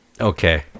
okay